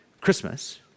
Christmas